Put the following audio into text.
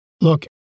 Look